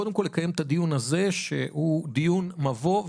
קודם כל לקיים את הדיון הזה שהוא דיון מבוא,